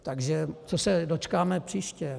Takže čeho se dočkáme příště?